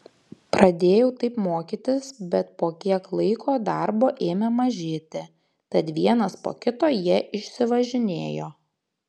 pradėjau taip mokytis bet po kiek laiko darbo ėmė mažėti tad vienas po kito jie išsivažinėjo